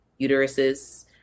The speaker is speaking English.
uteruses